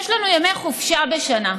יש לנו ימי חופשה בשנה,